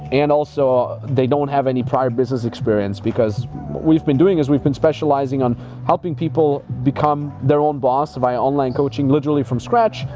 and also they don't have any prior business experience because what we've been doing is we've been specializing on helping people become their own boss via online coaching literally from scratch,